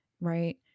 right